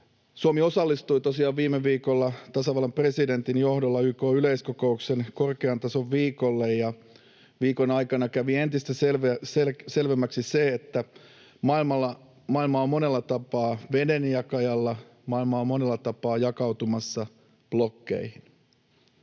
Suomi osallistui tosiaan viime viikolla tasavallan presidentin johdolla YK:n yleiskokouksen korkean tason viikolle, ja viikon aikana kävi entistä selvemmäksi se, että maailma on monella tapaa vedenjakajalla, maailma on monella tapaa jakautumassa blokkeihin.